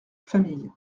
famille